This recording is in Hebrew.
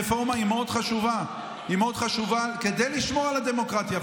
רפורמה היא מאוד חשובה כדי לשמור על הדמוקרטיה,